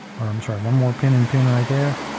or i'm sorry, one more pin in pin right there.